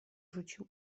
rzucił